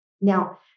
Now